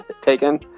taken